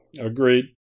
Agreed